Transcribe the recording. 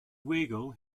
weigel